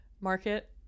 market